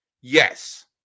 Yes